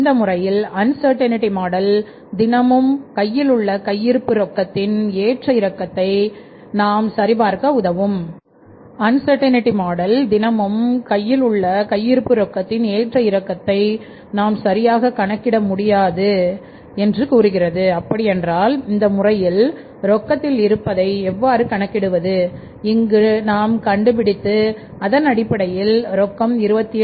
இந்த முறையில் அன்சர்ட்டிநெட்டி மாடல்தினமும் உள்ள கையிருப்பு ரொக்கத்தின் ஏற்ற இறக்கத்தை நாம் சரியாக கணக்கிட முடியாது அப்படியென்றால் இந்த முறையில் ரொக்கத்தில் இருப்பதை எவ்வாறு கணக்கிடுவது இங்கு நாம் கண்டுபிடித்து அதன் அடிப்படையில் ரொக்கம் 2817696